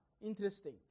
Interesting